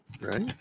Right